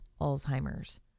Alzheimer's